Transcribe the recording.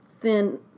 thin